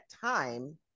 time